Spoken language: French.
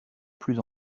plus